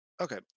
Okay